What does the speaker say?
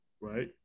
right